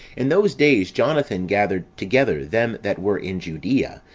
in those days jonathan gathered together them that were in judea,